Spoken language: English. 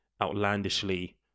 outlandishly